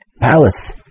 palace